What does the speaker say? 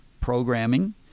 Programming